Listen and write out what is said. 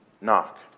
knock